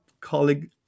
colleague